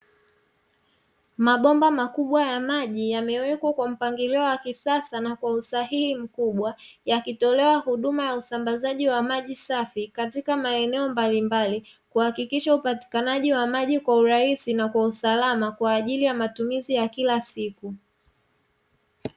Mabomba makubwa ya maji, yamewekwa kwa mpangilio wa kisasa na kwa usahihi mkubwa, yakitolewa huduma ya usambazaji wa maji safi katika maeneo mbalimbali, kuhakikisha upatikanaji wa maji kwa urahisi na kwa usalama kwa ajili ya matumizi ya kila siku.